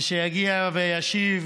ושיגיע וישיב.